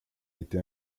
été